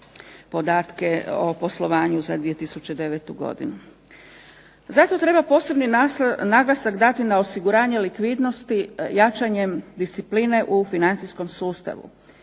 podatke za poslovanje za 2009. godinu. Zato treba posebni naglasak dati na osiguranje likvidnosti, jačanjem discipline u financijskom sustavu.